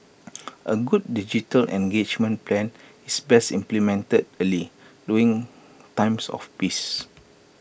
A good digital engagement plan is best implemented early during times of peace